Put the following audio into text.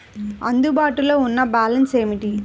అందుబాటులో ఉన్న బ్యాలన్స్ ఏమిటీ?